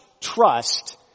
trust